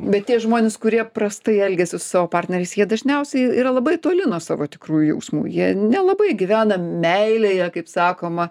bet tie žmonės kurie prastai elgiasi su savo partneriais jie dažniausiai y yra labai toli nuo savo tikrųjų jausmų jie nelabai gyvena meilėje kaip sakoma